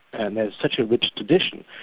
and there's such a rich tradition.